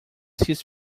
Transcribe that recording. his